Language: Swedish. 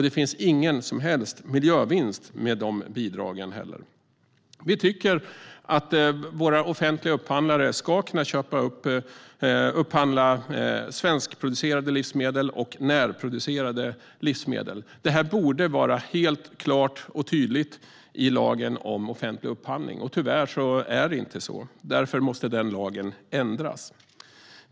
Det finns ingen som helst miljövinst med dessa bidrag. Vi tycker att våra offentliga upphandlare ska kunna upphandla svenskproducerade och närproducerade livsmedel. Detta borde vara helt klart och tydligt i lagen om offentlig upphandling. Tyvärr är det inte så. Därför måste den lagen ändras.